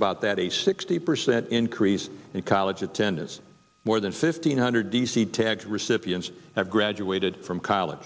about that a sixty percent increase in college attendance more than fifteen hundred d c tax recipients have graduated from college